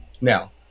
Now